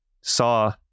saw